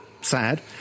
sad